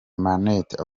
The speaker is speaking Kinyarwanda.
minaert